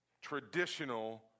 traditional